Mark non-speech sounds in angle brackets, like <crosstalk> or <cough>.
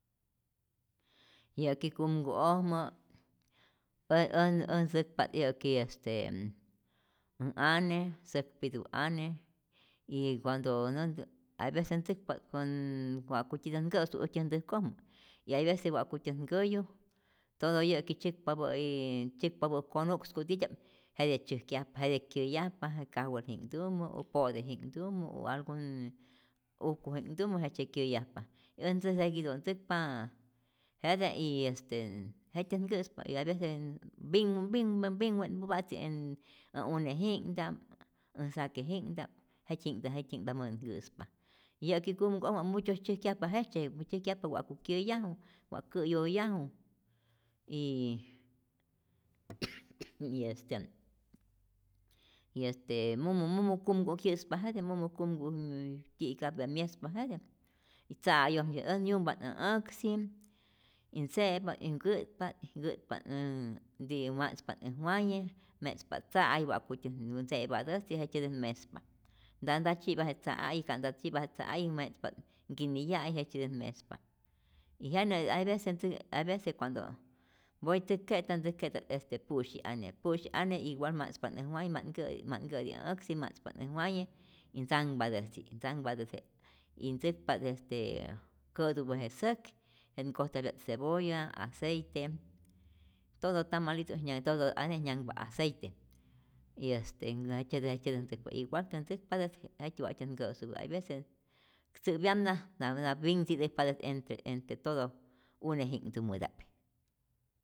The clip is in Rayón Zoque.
Yä'ki kumku'ojmä, aj aj ntzäkpa't yäki este äj ane, säkpitu'ane y cuando näntä hay aveces ntzäkpa't sonn- wa'kutyitä't nkä'su, äjtyä ntäjkojmä y hay veces wa'kutyät nhkäyu, todo yä'ki tzyäkpapä'i tzyäkpapä' konu'ksku titya'p jetej tzyäjkyajpa, jetej kyäyajpa je kajwelji'knhtumä, po'teji'knhtumä o algun ujku'ji'knhtumä, jejtzye kyeyajpa, ät ntzäj seguido't ntzäkpa jetej y este jetyät nkäspa y aveces mpinh mpinh mpinhwe'npäpatzi än ä une'ji'knhta'p, äj sake'ji'knhta'p, jetyji'ntä jetyjintäjmajme nkä'spa, yä'ki kumku'ojmä muchos tzyäjkyajpa jejtzye, tzyäjkyajpa wa'ku kyeyaju wa' kä'yoyaju y y <noise> este y este mumu mumu kumku' kyä'spa jetej y mumu kumku' tyika'pya myespa jetej y tza'ayoj äj yumpa't äj äksi y tze'pa't y nkä'tpa't nkä'tpa't y ma'tzpa't äj waye me'tzpa't tza'ay wa'kutyä't ntze'patäjtzi jejtzyetä't mespa, nta nta tzi'pa je tza'a'yi', ka'nta tzi'pa je tza'a'yi mespat nkiniya'ay, jejtzyetä't mejspa y jenä hay vece ntzi'pa't hay veces cuando mpoy tzäk'keta't ntzäke'ta't este pu'syi ane, pusyi ane igual ma'tzpa't äj waye, ma't nkä'ti, ma't nkäti äj äksi, ma'tzpa't äj waye y ntzanhpati'äjtzi ntzampatä't jete y ntzäkpa't este kä'tupä je säk y jenä nkojtapya't cebolla, aceite, todo tamalito todo ane' nyanhpa aceite y este jejtzyeti jejtzyeti ntzäkpa igualtä't ntzäkpatäjtzi y jejtzye wa'tya't nkä'supä hay veces tzä'pyapna na pinhtzi'täjpatä entre entre todos uneji'nhktumuta'p.